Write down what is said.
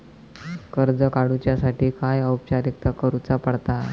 कर्ज काडुच्यासाठी काय औपचारिकता करुचा पडता?